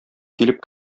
килеп